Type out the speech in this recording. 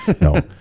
no